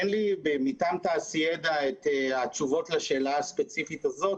אין לי מטעם תעשידע את התשובות לשאלה הספציפית הזאת,